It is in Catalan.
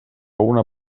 una